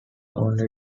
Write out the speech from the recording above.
only